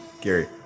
Gary